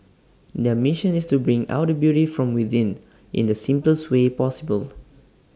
their mission is to bring out the beauty from within in the simplest way possible